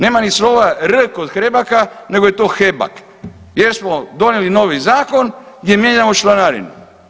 Nema ni slova R kod Hrebaka, nego je „Hebak“, jer smo donijeli novi zakon gdje mijenjamo članarinu.